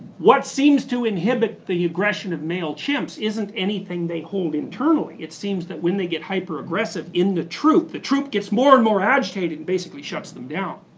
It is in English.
what seems to inhibit the aggression of male chimps isn't anything they hold internally. it seems that when they get hyper aggressive in the troop, the troop gets more and more agitated and basically shuts them down.